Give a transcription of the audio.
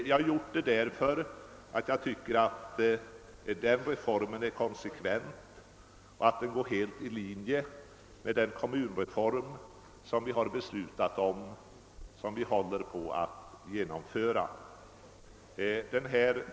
Jag har biträtt utskottets mening därför att jag tycker att reformen är konsekvent och går helt i linje med den kommunreform som vi har beslutat om och som vi håller på att genomföra.